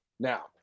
Now